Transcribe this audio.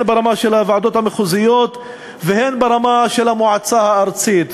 הן ברמה של הוועדות המחוזיות והן ברמה של המועצה הארצית.